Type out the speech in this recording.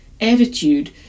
attitude